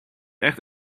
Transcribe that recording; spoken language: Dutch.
echt